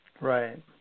Right